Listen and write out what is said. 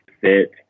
fit